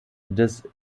des